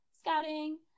scouting